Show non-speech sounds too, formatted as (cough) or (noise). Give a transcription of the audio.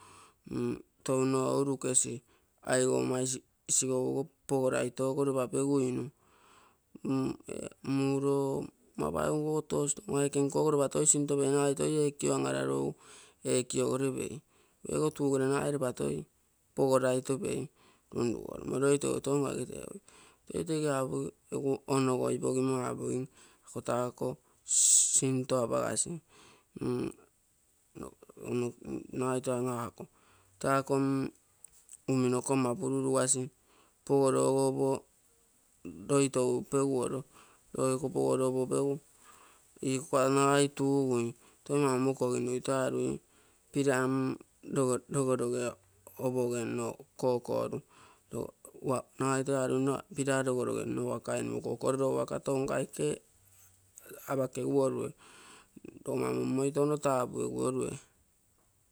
(hesitation) Touno ourukesi aigou ama isigou ogo pogoraitogo lopa peguinu, mm muro ama paigu tosi tounokaike ogo lopa toi sinto pei. Egu rugere nagai lopa toi pogosato pei, lunlugolumo loi toitou noke tepui. Toi tege onogoipogimo apogim. apogim o taako sinto apagasi, mm nagai toi apogim ako taako mm uminoko ama pururugasi, pogoroge opo loi tou peguoro. Lo iko pogoro opo pegu ikoga nagai tugui, toi maumoro koginui, toi arui pua mm logoroge opoge nno kokoru. Nagai toi arui pira logoroge nno waka enimo kokoru, lowaka waka tounokaike apakeguorue, logomma mommai touno tapueguorue.